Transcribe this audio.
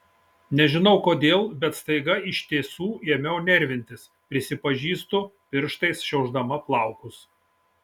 nežinau kodėl bet staiga iš tiesų ėmiau nervintis prisipažįstu pirštais šiaušdama plaukus